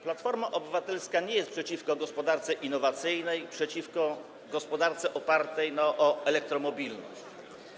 Platforma Obywatelska nie jest przeciwko gospodarce innowacyjnej, przeciwko gospodarce opartej na elektromobilności.